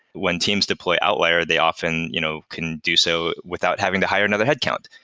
when teams deploy outlier, they often you know can do so without having to hire another headcount.